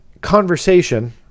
conversation